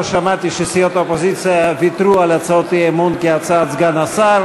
לא שמעתי שסיעות האופוזיציה ויתרו על הצעות האי-אמון כהצעת סגן השר,